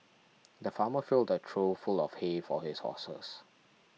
the farmer filled a trough full of hay for his horses